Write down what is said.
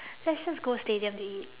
let's just go stadium to eat